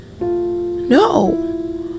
No